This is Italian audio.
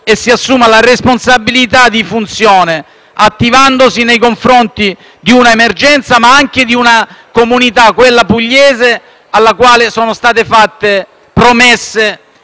e si assuma la responsabilità di funzione attivandosi nei confronti di un'emergenza, ma anche di una comunità - quella pugliese - alla quale sono state fatte promesse